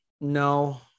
no